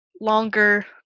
longer